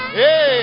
hey